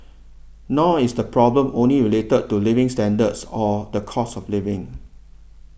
nor is the problem only related to living standards or the cost of living